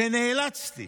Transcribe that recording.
ונאלצתי,